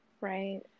right